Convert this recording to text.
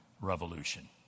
Revolution